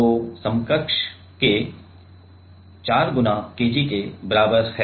तो समकक्ष K 4 × KG के बराबर है